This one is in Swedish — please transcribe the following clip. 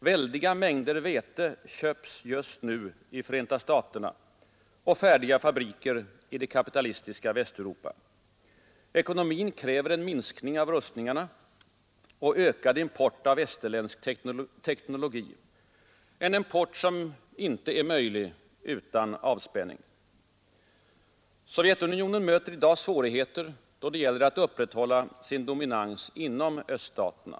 Väldiga mängder vete köps just nu i Förenta staterna och färdiga fabriker i det kapitalistiska Västeuropa. Ekonomin kräver en minskning av rustningarna och ökad import av västerländsk teknologi, en import som inte är möjlig utan avspänning. Sovjetunionen möter i dag svårigheter då det gäller att upprätthålla sin dominans inom öststaterna.